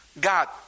God